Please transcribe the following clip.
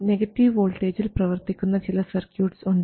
negative വോൾട്ടേജിൽ പ്രവർത്തിക്കുന്ന ചില സർക്യൂട്ട്സ് ഉണ്ട്